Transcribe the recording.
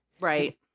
Right